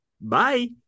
Bye